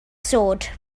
sword